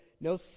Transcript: No